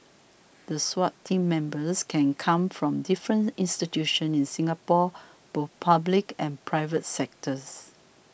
the Swat team members can come from different institutions in Singapore both public and private sectors